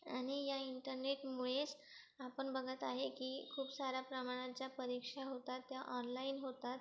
आणि या इंटरनेटमुळेच आपण बघत आहे की खूप साऱ्या प्रमाणांच्या परीक्षा होतात त्या ऑनलाइन होतात